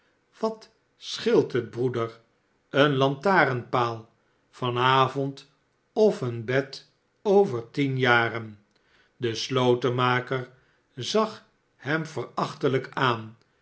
wat scheelt het broeder een lantarenpaal van avond of een bed over tienjaren de slotenmaker zag hem veraehtelijk aan